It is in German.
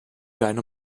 deine